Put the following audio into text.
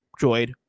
droid